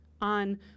on